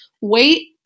wait